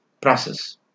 process